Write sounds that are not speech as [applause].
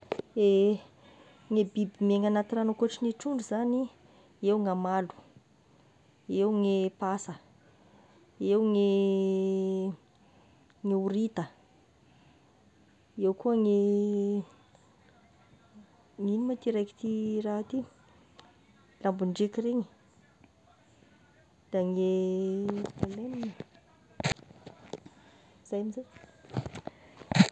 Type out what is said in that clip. Ehe gny biby miaigna agnaty ragno ankoatry ny trondro zany, eo gn'amalo, eo gny pasa, eo gny [hesitation] gny horita, eo koa ny [hesitation] ny inona moa ty raiky ty raha ty labondriaka regny da ny e [unintelligible] zay amzay. [noise]